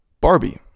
Barbie